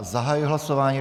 Zahajuji hlasování.